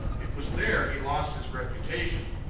it was there he lost his reputation.